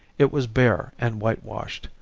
it was bare and whitewashed,